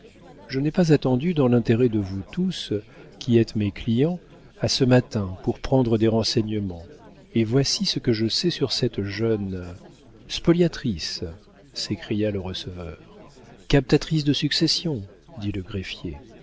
je n'ai pas attendu dans l'intérêt de vous tous qui êtes mes clients à ce matin pour prendre des renseignements et voici ce que je sais sur cette jeune spoliatrice s'écria le receveur captatrice de succession dit le greffier